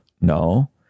No